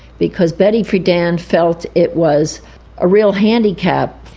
because betty friedan felt it was a real handicap,